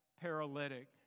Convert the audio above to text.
paralytic